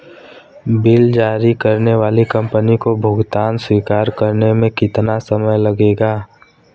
Bill जारी करने वाली कंपनी को भुगतान स्वीकार करने में कितना समय लगेगा?